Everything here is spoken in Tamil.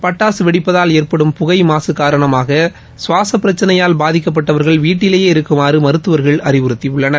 பட்டாசு வெடிப்பதால் ஏற்படும் புகை மாசு காரணமாக சுவாச பிரச்சினையால் பாதிக்கப்பட்டவர்கள் வீட்டிலேயே இருக்குமாறு மருத்துவர்கள் அறிவுறுத்தியுள்ளனர்